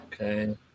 Okay